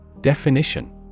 Definition